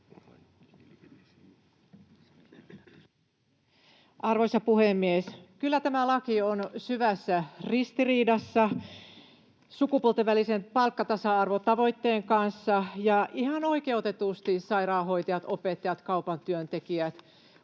Arvoisa puhemies! Kyllä tämä laki on syvässä ristiriidassa sukupuolten välisen palkkatasa-arvotavoitteen kanssa, ja ihan oikeutetusti sairaanhoitajat, opettajat ja kaupan työntekijät ovat